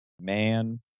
man